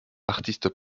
artiste